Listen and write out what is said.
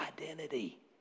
identity